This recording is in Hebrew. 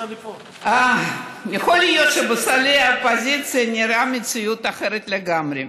יכול להיות שבספסלי האופוזיציה המציאות נראית אחרת לגמרי.